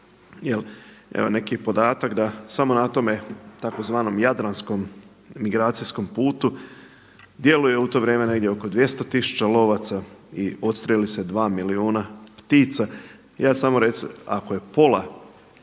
evo neki podatak da samo na tome tzv. jadranskom migracijskom putu djeluje u to vrijeme negdje oko 200 tisuća lovaca i odstrijeli se dva milijuna ptica. Ako je pola